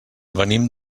venim